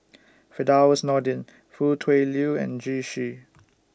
Firdaus Nordin Foo Tui Liew and Zhu Xu